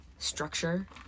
structure